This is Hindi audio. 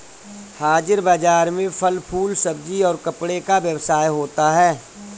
हाजिर बाजार में फल फूल सब्जी और कपड़े का व्यवसाय होता है